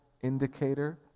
indicator